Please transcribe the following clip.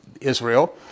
Israel